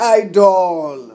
idol